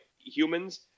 humans